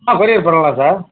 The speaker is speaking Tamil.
ஆ கொரியர் பண்ணலாம் சார்